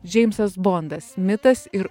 džeimsas bondas mitas ir